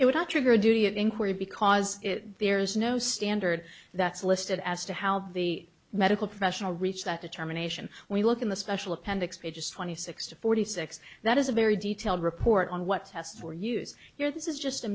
it would not trigger a duty of inquiry because there is no standard that's listed as to how the medical professional reach that determination we look in the special appendix pages twenty six to forty six that is a very detailed report on what tests for use here this is just a